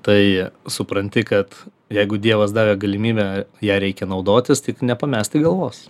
tai supranti kad jeigu dievas davė galimybę ja reikia naudotis tik nepamesti galvos